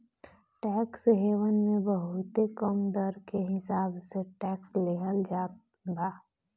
tax haven मे बहुते कम दर के हिसाब से टैक्स लेहल जात बा